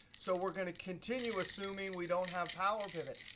so we're going to continue assuming we don't have power pivot.